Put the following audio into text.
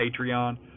Patreon